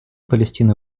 палестины